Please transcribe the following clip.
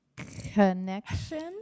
Connection